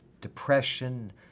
depression